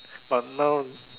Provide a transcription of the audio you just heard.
but now